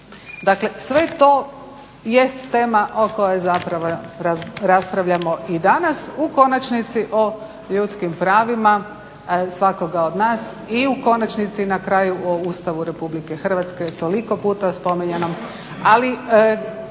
Dakle, sve to jeste tema o kojoj zapravo raspravljamo i danas u konačnici o ljudskim pravima svakoga od nas i u konačnici na kraju o Ustavu Republike Hrvatske toliko puta spominjanom ali